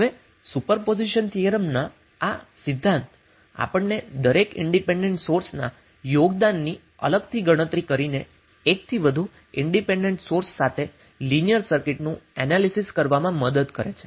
હવે સુપરપોઝિશન થિયરમનો આ સિદ્ધાંત આપણને દરેક ઇન્ડિપેન્ડન્ટ સોર્સના યોગદાનની અલગથી ગણતરી કરીને એકથી વધુ ઇન્ડિપેન્ડન્ટ સોર્સ સાથે લિનિયર સર્કિટનું એનાલીસીસ કરવામાં મદદ કરે છે